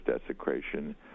desecration